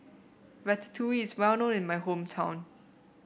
ratatouille is well known in my hometown